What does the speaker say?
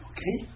Okay